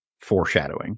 foreshadowing